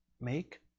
Make